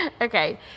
Okay